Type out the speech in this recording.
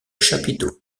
chapiteaux